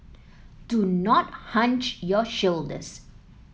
do not hunch your shoulders